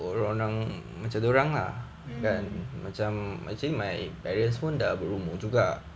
mm